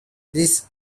this